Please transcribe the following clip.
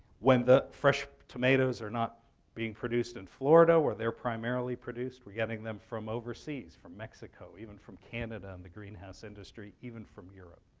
when the fresh tomatoes are not being produced in florida, where they're primarily produced, we're getting them from overseas, from mexico, even from canada, and the greenhouse industry even from europe.